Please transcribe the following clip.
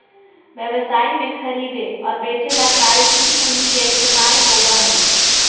व्यवसाय में खरीदे और बेंचे ला कार्यशील पूंजी के इस्तेमाल होबा हई